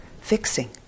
fixing